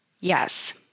yes